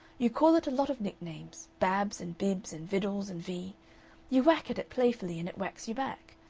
you call it a lot of nicknames babs and bibs and viddles and vee you whack at it playfully, and it whacks you back.